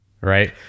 right